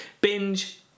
Binge